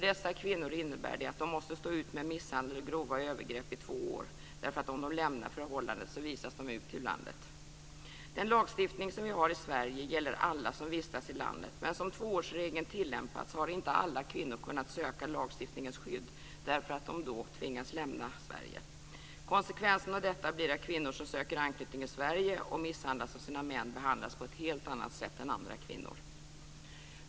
Dessa kvinnor måste stå ut med misshandel och grova övergrepp i två år därför att de visas ut ur landet om de lämnar förhållandet. Den lagstiftning som vi har i Sverige gäller alla som vistas i landet, men så som tvåårsregeln tillämpats har inte alla kvinnor kunnat söka lagstiftningens skydd, eftersom de då tvingas lämna Sverige. Konsekvensen av detta blir att kvinnor som söker anknytning i Sverige och misshandlas av sina män behandlas på ett helt annat sätt än andra kvinnor.